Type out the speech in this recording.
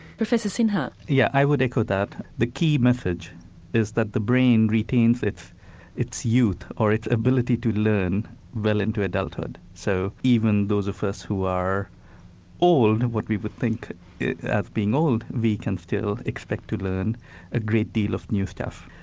professor sinha? yes, yeah i would echo that. the key message is that the brain retains its its youth or its ability to learn well into adulthood, so even those of us who are old, what we would think as being old, we can still expect to learn a great deal of new stuff,